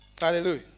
Hallelujah